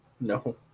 No